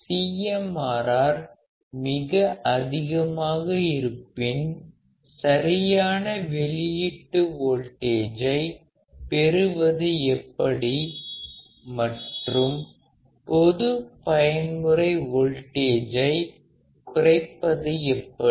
CMRR மிக அதிகமாக இருப்பின் சரியான வெளியீட்டு வோல்டேஜை பெறுவது எப்படி மற்றும் பொது பயன்முறை வோல்டேஜை குறைப்பது எப்படி